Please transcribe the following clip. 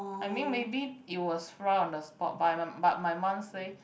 I mean maybe it was fry on the spot but my but my mum say